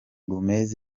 gomez